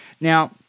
Now